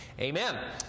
Amen